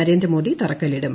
നരേന്ദ്ര മോദി തറക്കല്ലിടും